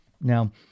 Now